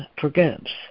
forgives